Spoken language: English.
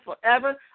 forever